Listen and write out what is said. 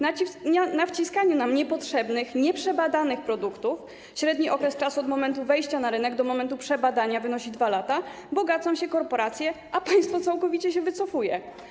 Na wciskaniu nam niepotrzebnych, nieprzebadanych produktów - średni okres od momentu wejścia na rynek do momentu przebadania wynosi 2 lata - bogacą się korporacje, a państwo całkowicie się wycofuje.